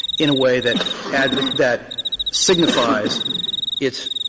in a way that add that signifies its